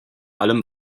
allem